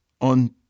on